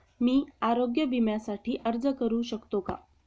मी आरोग्य विम्यासाठी अर्ज करू शकतो का?